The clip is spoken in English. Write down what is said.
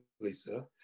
Lisa